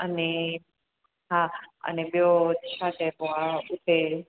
अने हा अने ॿियो छा चइबो आहे उते